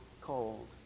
cold